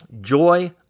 joy